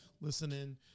listening